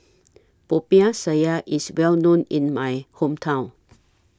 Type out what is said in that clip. Popiah Sayur IS Well known in My Hometown